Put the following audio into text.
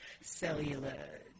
cellular